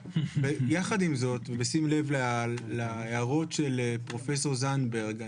ויחד עם זאת, ושים לב להערות של פרופ' זנדברג.